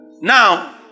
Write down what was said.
Now